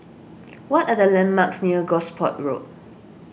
what are the landmarks near Gosport Road